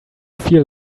feel